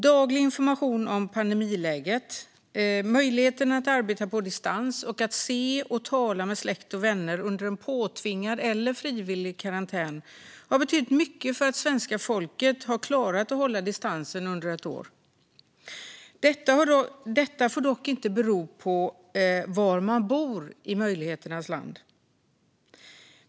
Daglig information om pandemiläget samt möjligheten att arbeta på distans och se och tala med släkt och vänner under en påtvingad eller frivillig karantän har betytt mycket för att svenska folket har klarat att hålla distans under ett år. Detta får dock inte bero på var man bor i möjligheternas land.